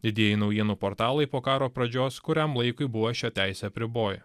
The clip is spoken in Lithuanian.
didieji naujienų portalai po karo pradžios kuriam laikui buvo šią teisę apriboja